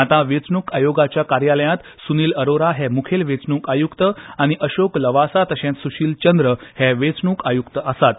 आतां वेंचणूक आयोगाच्या कार्यालयांत सुनिल अरोरा हे मुखेल वेंचणूक आयुक्त आनी अशोक लवासा तशेंच सुशील चंद्र हे वेंचणूक आयुक्त आसात